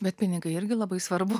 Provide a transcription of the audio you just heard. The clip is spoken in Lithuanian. bet pinigai irgi labai svarbu